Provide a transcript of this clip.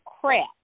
crap